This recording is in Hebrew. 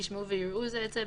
ישמעו ויראו זה את זה,